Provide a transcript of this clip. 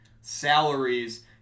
salaries